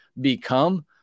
become